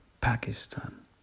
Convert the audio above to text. Pakistan